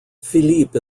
philippe